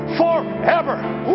forever